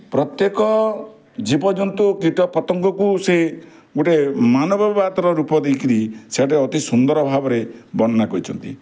ପ୍ରତ୍ୟେକ ଜୀବଜନ୍ତୁ କୀଟପତଙ୍ଗକୁ ସେ ଗୋଟେ ମାନବ ବାଦର ରୂପ ଦେଇକିରି ସେଇଟା ଅତି ସୁନ୍ଦର ଭାବରେ ବର୍ଣ୍ଣନା କରିଛନ୍ତି